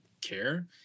care